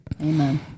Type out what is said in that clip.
Amen